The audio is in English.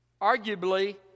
arguably